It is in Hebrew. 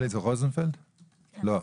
שלום,